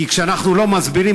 כי כשאנחנו לא מסבירים,